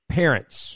parents